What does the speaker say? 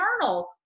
eternal